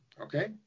Okay